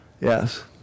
Yes